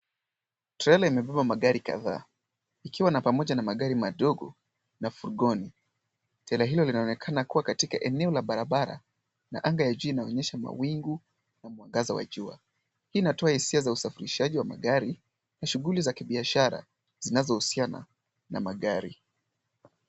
Trela imebeba magari kadhaa ikiwa na pamoja na magari madogo na fugoni. Trela hilo linaonekana kuwa katika eneo la barabara na anga ya jua inaonyesha mawingu na mwangaza wa jua. Hii inatoa hisia za usafirishaji wa magari, na shughuli za kibiashara zinazohusiana na magari.